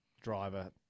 driver